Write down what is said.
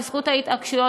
בזכות ההתעקשויות,